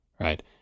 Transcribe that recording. right